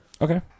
Okay